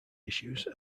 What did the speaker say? issues